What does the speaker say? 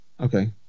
Okay